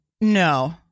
No